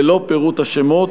ללא פירוט השמות,